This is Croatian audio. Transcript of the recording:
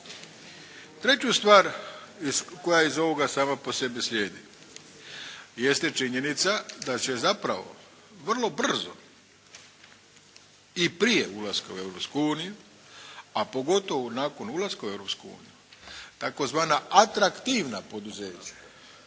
Treću stvar iz, koja iz ovoga sama po sebi slijedi jeste činjenica da će zapravo vrlo brzo i prije ulaska u Europsku uniju, a pogotovo nakon ulaska u Europsku uniju tzv. atraktivna poduzeća